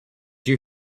you